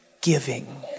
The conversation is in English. giving